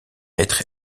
être